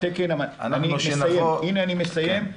שכשנבוא --- הנה אני מסיים.